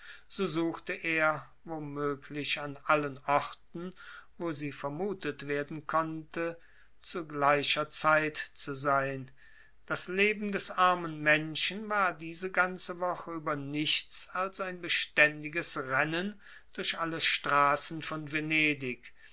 so suchte er wo möglich an allen orten wo sie vermutet werden konnte zu gleicher zeit zu sein das leben des armen menschen war diese ganze woche über nichts als ein beständiges rennen durch alle straßen von venedig